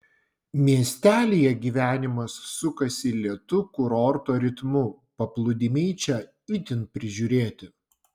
miestelyje gyvenimas sukasi lėtu kurorto ritmu paplūdimiai čia itin prižiūrėti